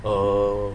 err